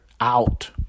out